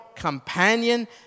companion